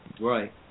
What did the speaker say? right